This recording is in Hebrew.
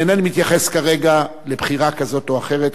ואינני מתייחס כרגע לבחירה כזאת או אחרת,